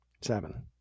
Seven